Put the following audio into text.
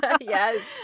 yes